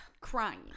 crying